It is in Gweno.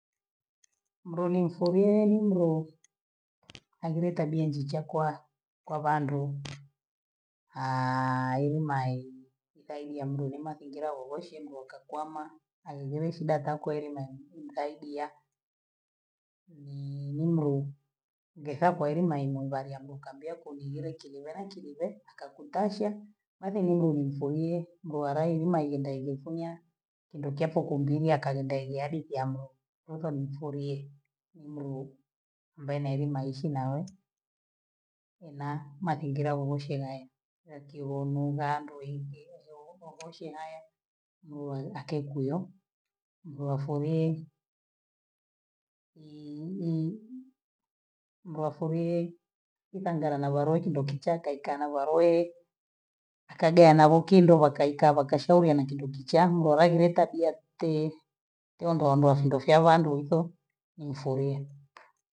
Mlonisolyelulo, angiletabia nji chakwa kwa bandu, yerumai nikaidia ngulimatunjila lelesheni ndo kakwama, aendele shida takweli na nzaidiya, ninure, dhehakweli maimunga lya dukabreku ni hile Kiliwa kilibwe, akakutasha, nabhiungu nimzunie, nguwarahima yenda igozunya, kindo kyake kumgilia akalenda igali vyamo, uko nimfulie, nimru mbena ailimaishi nao, ila makingila uluchelae, yakibono gando ikilo ghurumo goshe ghaya, mlwa akekuyo, mlwa soreli, mlwa soreli, itanga nawaloki ndokichaka ikanabaloye, akaga na bhukindo bhaka ikava kashobya na kinduki change halalileta bia temboambwa shindo sha vyandu hivyo nimfurie.